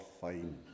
fine